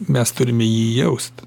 mes turime jį jaust